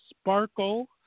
Sparkle